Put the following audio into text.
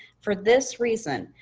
for this reason,